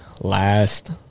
last